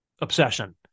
obsession